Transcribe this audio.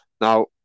Now